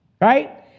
Right